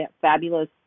fabulous